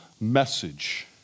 message